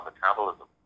Metabolism